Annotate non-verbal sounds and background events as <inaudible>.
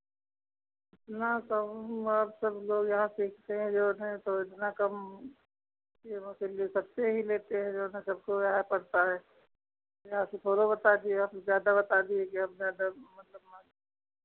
ना तो आप सब लोग यहाँ सीखते हैं जो हैं सो इतना कम <unintelligible> ले सकते हीं लेते हैं जो ना सबको देना पड़ता है यहाँ से थोड़ों बता दिए आप ज़्यादा बता दिए आप मतलब